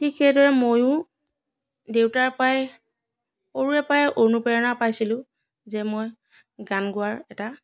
ঠিক সেইদৰে মইয়ো দেউতাৰ পৰাই সৰুৰে পৰাই অনুপ্ৰেৰণা পাইছিলোঁ যে মই গান গোৱাৰ এটা